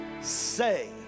say